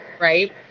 right